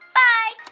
bye